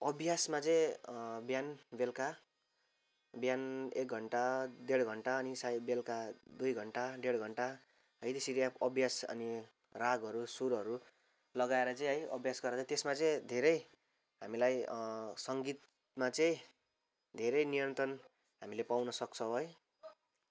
अभ्यासमा चाहिँ बिहान बेलुका बिहान एक घन्टा डेढ घन्टा अनि सायद बेलुका दुई घन्टा डेढ घन्टा है यसरी अभ्यास अनि रागहरू सुरहरू लगाएर चाहिँ है अभ्यास गरेर त्यसमा धेरै हामीलाई सङ्गीतमा चाहिँ धेरै नियन्त्रण हामीले पाउन सक्छौँ है